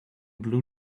blue